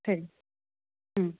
சரி ம்